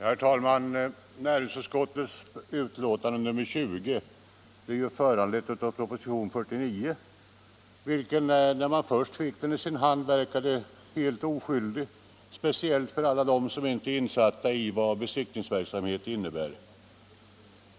Herr talman! Näringsutskottets betänkande nr 20 är föranlett av propositionen 49, vilken verkade helt oskyldig när man först fick den i sin hand — speciellt gäller detta för alla dem som inte är insatta i vad besiktningsverksamhet innebär.